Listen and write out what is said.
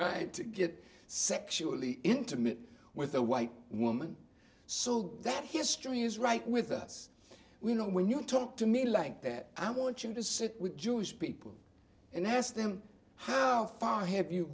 to get sexually intimate with a white woman sold that history is right with us we know when you talk to me like that i want you to sit with jewish people and ask them how far have you